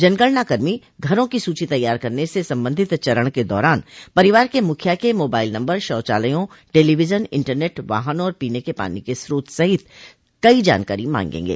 जनगणना कर्मी घरों की सूची तैयार करने से संबंधित चरण के दौरान परिवार के मुखिया के मोबाइल नम्बर शौचालयों टेलिविजन इंटरनेट वाहनों और पीने के पानी के स्रोत सहित कई जानकारी मागेंगे